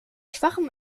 schwachem